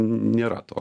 n nėra to